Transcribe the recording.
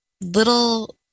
little